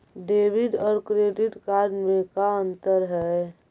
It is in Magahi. डेबिट और क्रेडिट कार्ड में का अंतर है?